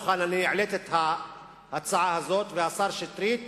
העליתי את ההצעה הזאת, והשר לשעבר שטרית